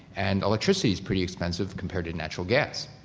and electricity is pretty expensive compared to natural gas.